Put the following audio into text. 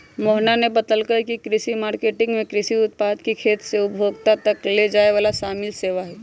मोहना ने बतल कई की कृषि मार्केटिंग में कृषि उत्पाद के खेत से उपभोक्ता तक ले जाये में शामिल सेवा हई